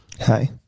Hi